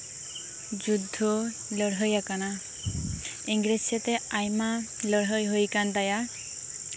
ᱡᱩᱫᱽᱫᱷᱚ ᱞᱟᱹᱲᱦᱟᱹᱭ ᱟᱠᱟᱱᱟ ᱤᱝᱨᱮᱡ ᱥᱟᱣᱛᱮ ᱟᱭᱢᱟ ᱞᱟᱹᱲᱦᱟᱹᱭ ᱦᱩᱭ ᱟᱠᱟᱱ ᱛᱟᱭᱟ